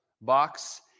box